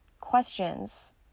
questions